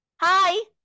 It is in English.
Hi